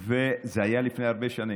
זה היה לפני הרבה שנים.